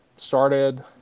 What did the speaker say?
started